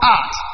art